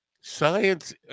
Science